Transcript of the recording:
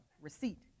receipt